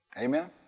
Amen